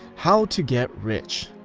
how to get rich.